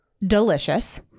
Delicious